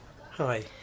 Hi